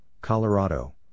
Colorado